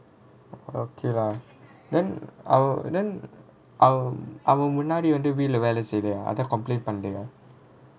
orh okay lah then our then um our முன்னாடி வேலை செய்றா அதான்:munnaadi velai seira athaan complaint பண்ணலயா:pannalaiyaa